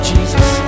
Jesus